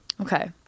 okay